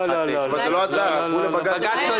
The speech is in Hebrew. אולי דרך בג"צ.